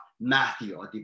Matthew